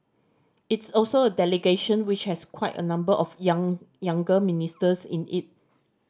it's also a delegation which has quite a number of young younger ministers in it